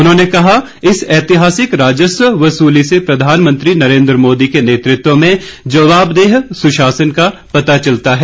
उन्होंने कहा इस ऐतिहासिक राजस्व वसूली से प्रधानमंत्री नरेन्द्र मोदी के नेतृत्व में जवाबदेह सुशासन का पता चलता है